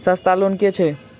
सस्ता लोन केँ छैक